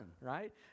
right